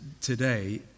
today